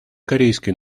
корейской